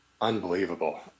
Unbelievable